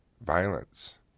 violence